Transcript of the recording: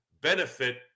benefit